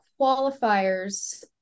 qualifiers